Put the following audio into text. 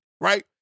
right